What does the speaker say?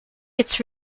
its